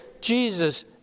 Jesus